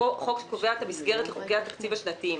חוק שקובע את המסגרת לחוקי התקציב השנתיים.